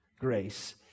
grace